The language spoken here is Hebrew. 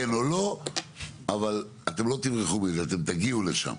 כן או לא, אבל אתם לא תברחו מזה, אתם תגיעו לשם.